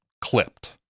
clipped